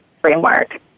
framework